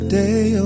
day